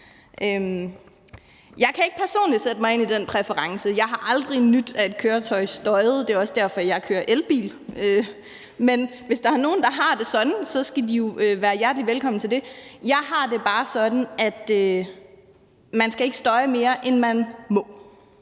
Jeg kan ikke personligt sætte mig ind i den præference. Jeg har aldrig nydt, at et køretøj støjede. Det er også derfor, jeg kører i elbil. Men hvis der er nogle, der har det sådan, så skal de jo være hjertelig velkommen til det. Jeg har det bare sådan, at man ikke skal støje mere, end man må.